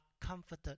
comforted